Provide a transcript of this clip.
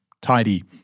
tidy